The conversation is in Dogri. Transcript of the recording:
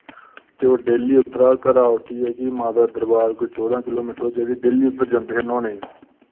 ते ओह् डेली उद्दरा घरा उट्ठियै कि माता दा दरबार कोई चौह्दां किलोमीटर ओह् जेह्ड़ी डेली उद्दर जंदे हे न्होने ई